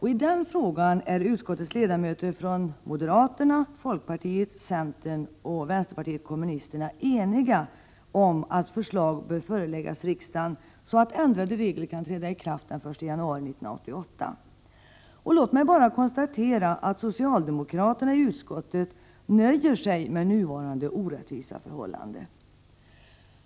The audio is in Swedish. I denna fråga är utskottets ledamöter från moderata samlingspartiet, folkpartiet, centerpartiet och vänsterpartiet kommunisterna eniga om att förslag bör föreläggas riksdagen så att ändrade regler kan träda i kraft den 1 januari 1988. Låt mig bara konstatera att socialdemokraterna i utskottet nöjer sig med nuvarande orättvisa förhållanden.